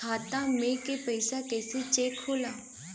खाता में के पैसा कैसे चेक होला?